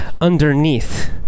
underneath